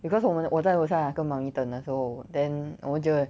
because 我们我在楼下跟 mummy 等的时候 then 我们就